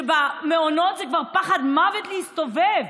שבמעונות זה כבר פחד מוות להסתובב.